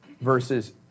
versus